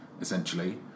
essentially